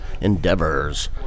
endeavors